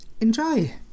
Enjoy